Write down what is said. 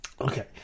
Okay